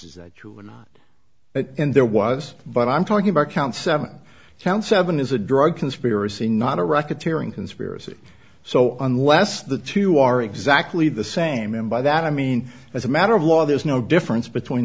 is true or not and there was but i'm talking about counts seven counts seven is a drug conspiracy not a record tearing conspiracy so unless the two are exactly the same and by that i mean as a matter of law there's no difference between